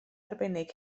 arbennig